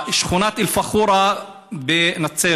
שכונת אל-פאח'ורה בנצרת,